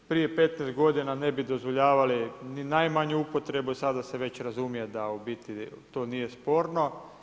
Prije 15 godina ne bi dozvoljavali ni najmanju upotrebu, sada se već razumije da u biti to nije sporno.